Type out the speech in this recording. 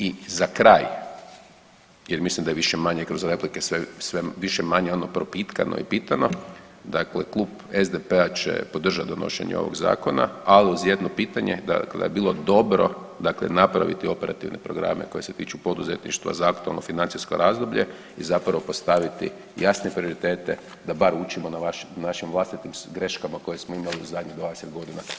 I za kraj jer mislim da je više-manje kroz replike sve više-manje propitkano i pitano, dakle klub SDP-a će podržati donošenje ovog zakona, ali uz jedno pitanje da bi bilo dobro napraviti operativne programe koji se tiču poduzetništva za aktualno financijsko razdoblje i zapravo postaviti jasne prioritete da bar učimo na našim vlastitim greškama koje smo imali u zadnjih 20 godina.